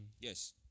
Yes